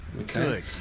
Okay